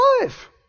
life